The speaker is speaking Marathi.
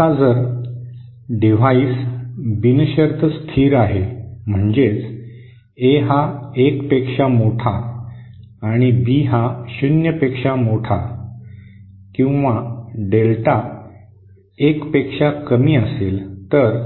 आता जर उपकरण बिनशर्त स्थिर आहे म्हणजेच ए हा 1 पेक्षा मोठा आणि बी हा शून्य पेक्षा मोठा किंवा डेल्टा 1 पेक्षा कमी असेल तर